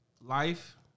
life